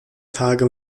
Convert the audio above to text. tage